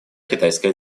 китайская